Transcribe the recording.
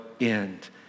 end